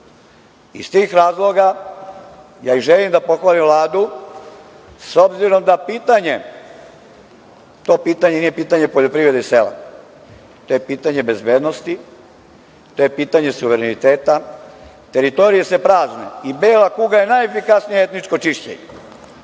Iz tih razloga ja i želim da pohvalim Vladu, s obzirom da pitanje, to pitanje nije poljoprivrede i sela, to je pitanje bezbednosti, to je pitanje suvereniteta. Teritorije se prazne i bela kuga je najefikasnije etničko čišćenje.